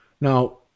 Now